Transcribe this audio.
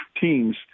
teams